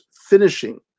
finishing